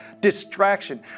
distraction